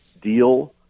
deal